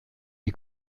die